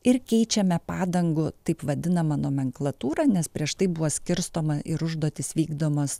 ir keičiame padangų taip vadinamą nomenklatūrą nes prieš tai buvo skirstoma ir užduotys vykdomos